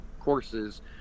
courses